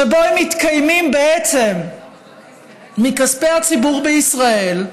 שבו הם מתקיימים בעצם מכספי הציבור בישראל,